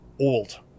old